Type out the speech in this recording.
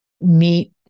meet